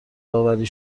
داوری